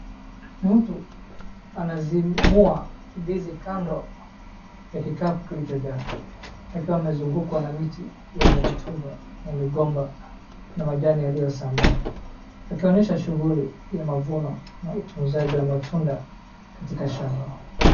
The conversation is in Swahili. Mtu anazimua ndizi kando ya kikapu kilichojaa, akiwa amezungukwa na miti yenye rotuba ya migomba na majani yaliyosambaa, akionyesha shughuli ya mavuno na utunzaji wa matunda katika shamba.